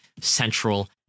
Central